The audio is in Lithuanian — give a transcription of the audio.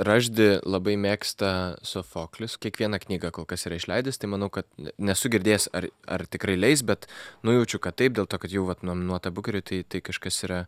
raždį labai mėgsta sofoklis kiekvieną knygą kol kas yra išleidęs tai manau kad nesu girdėjęs ar ar tikrai leis bet nujaučiu kad taip dėl to kad jau vat nominuota bukeriui tai tai kažkas yra